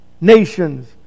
nations